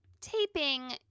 taping